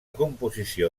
composició